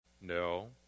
No